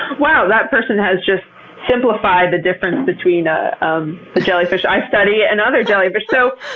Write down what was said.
wow. that person has just simplified the difference between ah um the jellyfish i study and other jellyfish. so